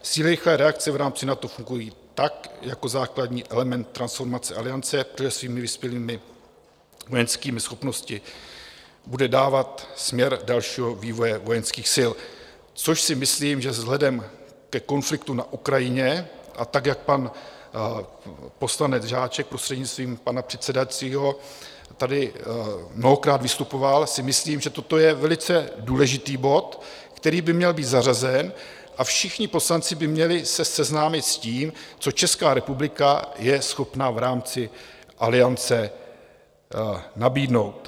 Síly rychlé reakce v rámci NATO fungují také jako základní element transformace Aliance, protože svými vyspělými vojenskými schopnostmi bude udávat směr dalšího vývoje vojenských sil, což si myslím, že vzhledem ke konfliktu na Ukrajině a tak jak pan poslanec Žáček, prostřednictvím pana předsedajícího, tady mnohokrát vystupoval si myslím, že toto je velice důležitý bod, který by měl být zařazen, a všichni poslanci by měli se seznámit s tím, co Česká republika je schopna v rámci Aliance nabídnout.